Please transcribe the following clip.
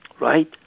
right